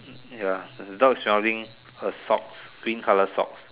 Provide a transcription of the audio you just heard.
ya there's a dog shouting her socks pink colour socks